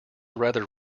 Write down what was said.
rather